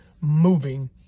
moving